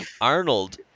Arnold